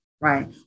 right